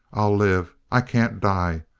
i'll live i can't die!